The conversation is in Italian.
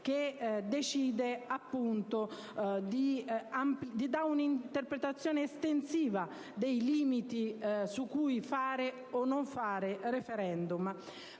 che dà un'interpretazione estensiva dei limiti per cui fare o non fare *referendum*.